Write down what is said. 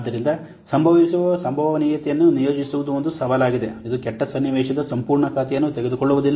ಆದ್ದರಿಂದ ಸಂಭವಿಸುವ ಸಂಭವನೀಯತೆಯನ್ನು ನಿಯೋಜಿಸುವುದು ಒಂದು ಸವಾಲಾಗಿದೆ ಇದು ಕೆಟ್ಟ ಸನ್ನಿವೇಶದ ಸಂಪೂರ್ಣ ಖಾತೆಯನ್ನು ತೆಗೆದುಕೊಳ್ಳುವುದಿಲ್ಲ